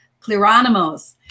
Cleronimos